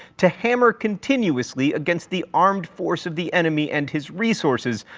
to hammer continuously against the armed force of the enemy and his resources,